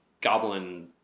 goblin